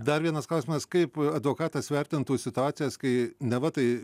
dar vienas klausimas kaip advokatas vertintų situacijas kai neva tai